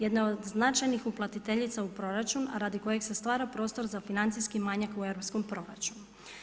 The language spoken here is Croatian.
Jedna od značajnih uplatiteljica u proračun, a radi koje se stvara prostor za financijski manjak u europskom proračunu.